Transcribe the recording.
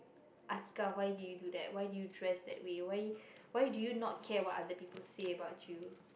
Atikah why did you do you that why did you dress that way why why did you not care what other people say about you